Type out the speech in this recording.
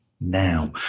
now